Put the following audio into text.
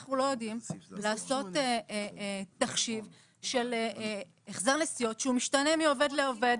אנחנו לא יודעים לעשות תחשיב של החזר נסיעות שהוא משתנה מעובד לעובד,